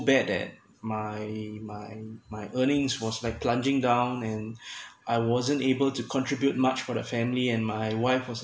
bad at my my my earnings was my plunging down and I wasn't able to contribute much for the family and my wife was